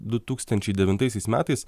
du tūkstančiai devintaisiais metais